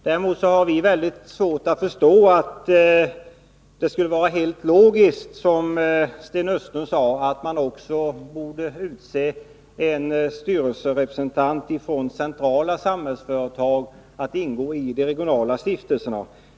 Däremot har vi svårt att förstå att det skulle vara helt logiskt, som Sten Östlund sade, att man också borde utse en styrelserepresentant från Samhällsföretag centralt att ingå i de regionala stiftelserna.